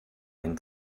ein